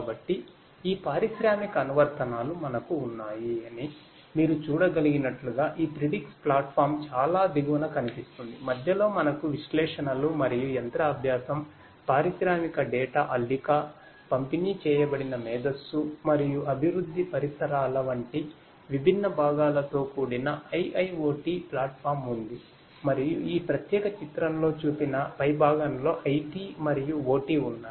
కాబట్టి ఈ పారిశ్రామిక అనువర్తనాలు మనకు ఉన్నాయని మీరు చూడగలిగినట్లుగా ఈ ప్రిడిక్స్ వంటి విభిన్న భాగాలు ఉన్నాయి